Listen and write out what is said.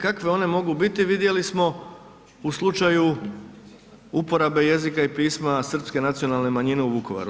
Kakve one mogu biti vidjeli smo u slučaju uporabe jezika i pisma srpske nacionalne manjine u Vukovaru.